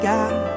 God